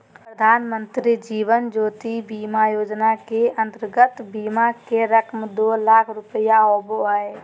प्रधानमंत्री जीवन ज्योति बीमा योजना के अंतर्गत बीमा के रकम दो लाख रुपया होबो हइ